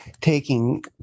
taking